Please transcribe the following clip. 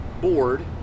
board